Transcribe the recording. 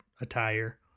attire